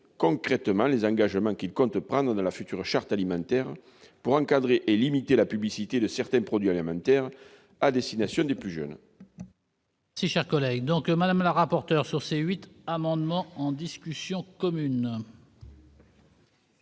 concrètement les engagements qu'il compte prendre dans la future charte alimentaire pour encadrer et limiter la publicité de certains produits alimentaires à destination des plus jeunes.